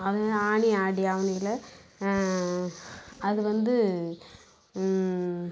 அதுமாரி ஆனி ஆடி ஆவணியில் அது வந்து